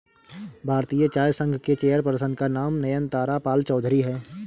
भारतीय चाय संघ के चेयर पर्सन का नाम नयनतारा पालचौधरी हैं